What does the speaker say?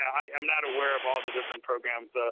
i'm not aware of all the different programs. ah